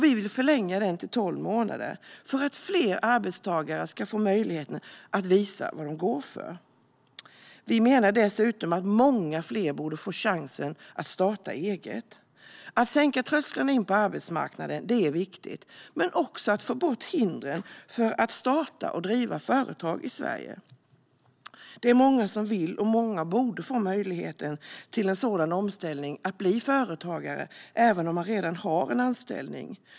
Vi vill förlänga den till 12 månader för att fler arbetstagare ska få möjlighet att visa vad de går för. Vi menar dessutom att många fler borde få chansen att starta eget. Att sänka trösklarna in på arbetsmarknaden är viktigt men också att få bort hindren för att starta och driva företag i Sverige. Det är många som vill och borde få möjligheten till en sådan omställning och bli företagare, även om de redan har en anställning.